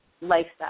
lifestyle